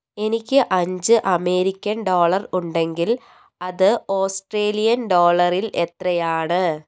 എനിക്ക് അഞ്ച് American dollar ഉണ്ടെങ്കിൽ അത് ഓസ്ട്രേലിയൻ ഡോളറിൽ എത്രയാണ്